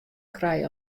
krije